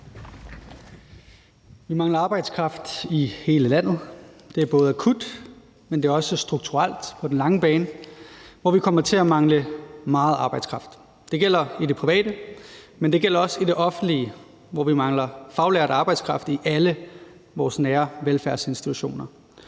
Vi mangler arbejdskraft i hele landet. Det er både akut, men det er også strukturelt på den lange bane, hvor vi kommer til at mangle meget arbejdskraft. Det gælder i det private, men det gælder også i det offentlige, hvor vi mangler faglært arbejdskraft i alle vores nære velfærdsinstitutioner.